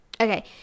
Okay